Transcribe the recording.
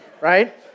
right